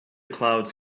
clouds